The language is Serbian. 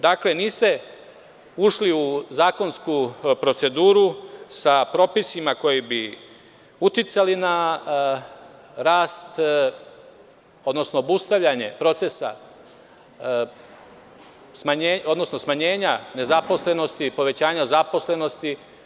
Dakle, niste ušli u zakonsku proceduru sa propisima koji bi uticali na rast, odnosno obustavljanje procesa, odnosno smanjenja nezaposlenosti, povećanja zaposlenosti.